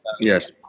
yes